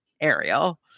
Ariel